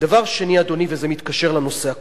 דבר שני, אדוני, וזה מתקשר לנושא הקודם,